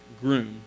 groom